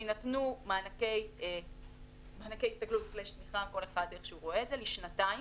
שיינתנו מענקי הסתגלות לשנתיים,